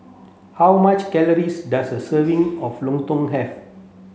how much calories does a serving of Lontong have